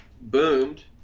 boomed